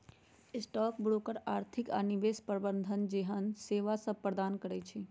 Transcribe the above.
stock broker आर्थिक आऽ निवेश प्रबंधन जेहन सेवासभ प्रदान करई छै